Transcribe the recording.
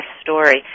story